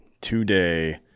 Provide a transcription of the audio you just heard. today